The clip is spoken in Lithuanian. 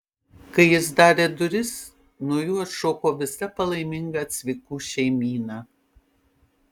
kai jis darė duris nuo jų atšoko visa palaiminga cvikų šeimyna